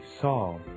saw